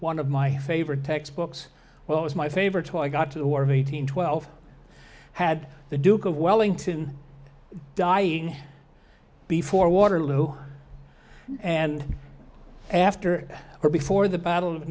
one of my favorite textbooks well it was my favorite why i got to the war of eight hundred twelve had the duke of wellington dying before waterloo and after or before the battle of